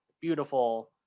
beautiful